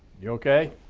you okay?